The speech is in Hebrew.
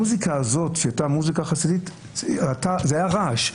המוזיקה שהייתה מוזיקה חסידית זה היה רעש.